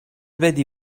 بدی